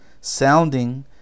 sounding